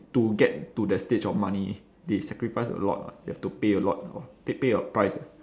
to get to the stage of money they sacrifice a lot lah they have to pay a lot lor they pay a price